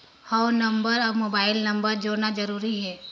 हव नंबर अउ mobile number जोड़ना जरूरी हे?